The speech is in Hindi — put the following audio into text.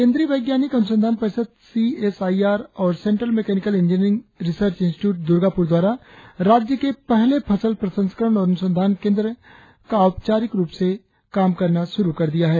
केंद्रीय वैज्ञानिक अनुसंधान परिषद सी एस आई आर और central mechanical engineering research institute Durgapur द्वारा राज्य के पहले फसल प्रसंस्करण और अनुसंधान केंद्र ने औपचारिक रुप से काम करना शुरु कर दिया है